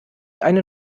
einen